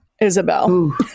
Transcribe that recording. Isabel